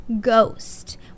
ghost